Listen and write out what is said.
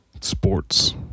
Sports